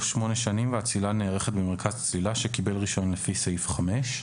8 שנים והצלילה נערכת במרכז צלילה שקיבל רישיון לפי סעיף 5,